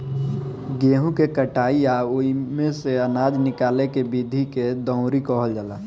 गेहूँ के कटाई आ ओइमे से आनजा निकाले के विधि के दउरी कहल जाला